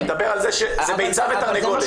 אני מדבר על ביצה ותרנגולת.